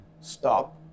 Stop